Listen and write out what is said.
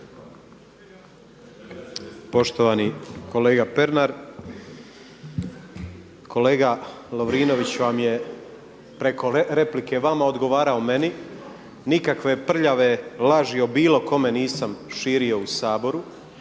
Poštovani kolega Pernar. Kolega Lovrinović vam je preko replike vama odgovarao meni, nikakve prljave laži o bilo kome nisam širio u Saboru.